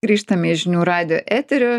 grįžtame į žinių radijo eterio